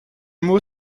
mot